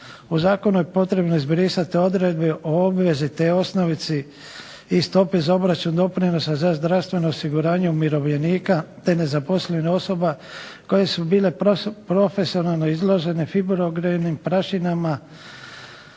U zakonu je potrebno izbrisati odredbe o obvezi te osnovici i stopi za obračun doprinosa za zdravstveno osiguranje umirovljenika te nezaposlenih osoba koje su bile profesionalno izložene fibrogenim prašinama